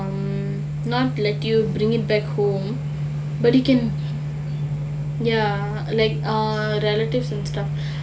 not let you bring it back home but you can ya like err relatives and stuff